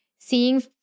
seeing